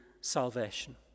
salvation